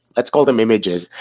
let's call them images.